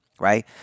right